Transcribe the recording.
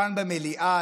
כאן במליאה,